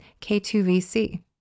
K2VC